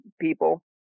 people